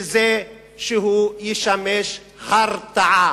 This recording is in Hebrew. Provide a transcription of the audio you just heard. בזה שהוא ישמש הרתעה.